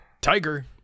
Tiger